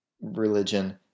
religion